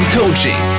coaching